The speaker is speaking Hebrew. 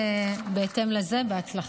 בהתאם לזה, בהצלחה.